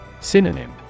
Synonym